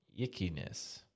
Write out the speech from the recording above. yickiness